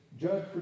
judge